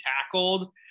tackled